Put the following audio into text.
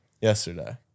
yesterday